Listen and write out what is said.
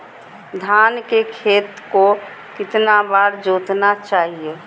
धान के खेत को कितना बार जोतना चाहिए?